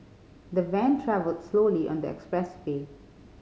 the van travelled slowly on the expressway